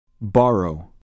Borrow